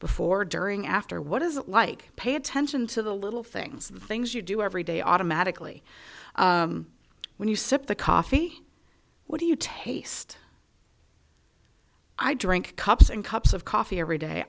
before during after what is it like pay attention to the little things things you do every day automatically when you sipped the coffee what do you taste i drink cups and cups of coffee every day